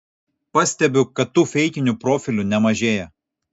pastebiu kad tų feikinių profilių nemažėja